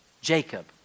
Jacob